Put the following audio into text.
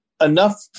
enough